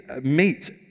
meet